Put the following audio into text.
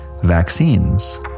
vaccines